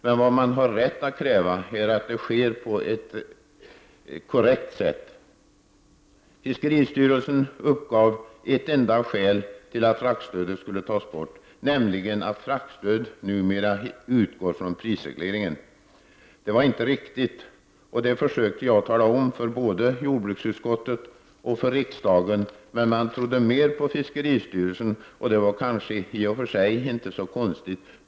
Men man har rätt att kräva att ståndpunkterna framförs på ett korrekt sätt. Fiskeristyrelsen uppger ett enda skäl till att fraktstödet skulle tas bort, nämligen att fraktstöd numera utgår från prisregleringen. Det är inte riktigt, och det försökte jag tala om för både jordbruksutskottet och riksdagen. Men man trodde mer på fiskeristyrelsen, och det var kanske i och för sig inte så konstigt.